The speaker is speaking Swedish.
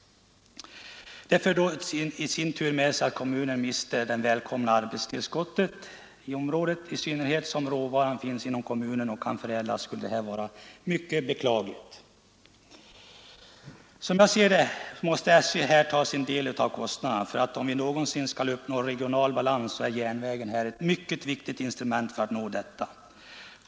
Detta för i sin tur med sig att kommunen mister det välkomna arbetstillskottet. I synnerhet som råvaran finns inom kommunen och kan förädlas skulle detta vara högst beklagligt. Som jag ser det måste SJ ta sin del av kostnaderna. Om vi någonsin skall uppnå regional balans är järnvägen ett mycket viktigt instrument för detta.